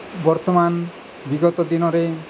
ବର୍ତ୍ତମାନ ବିଗତ ଦିନରେ